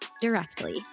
directly